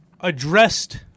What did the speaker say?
addressed